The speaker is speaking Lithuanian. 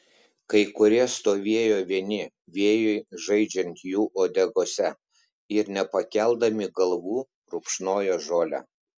kai kurie stovėjo vieni vėjui žaidžiant jų uodegose ir nepakeldami galvų rupšnojo žolę